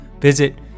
Visit